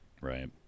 Right